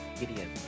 idiot